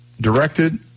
directed